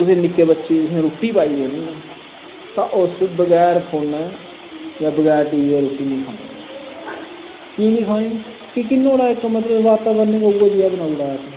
कुसै निक्के बच्चे गी तुसैं रुट्टी पाई देनी न तां उस बगार फोनै जां बगैर फोनै दै रुट्टी नी खानी की नी खानी कि के मतलव नोहाड़ा इक बाताबरन गै उऐ जेहा बनाई ओड़े दे असैं